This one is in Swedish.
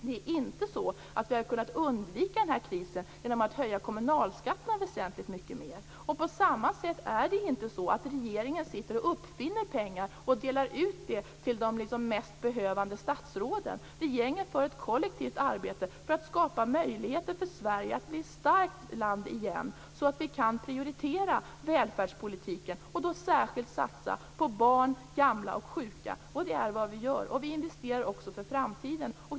Det är inte så att vi hade kunnat undvika krisen genom att höja kommunalskatterna väsentligt mycket mer. Det är heller inte så att regeringen sitter och uppfinner pengar och delar ut till de mest behövande statsråden. Regeringen bedriver ett kollektivt arbete för att skapa möjligheter för Sverige att på nytt bli ett starkt land, så att vi kan prioritera välfärdspolitiken och särskilt satsa på barn, gamla och sjuka. Det är vad vi gör, och vi investerar också för framtiden.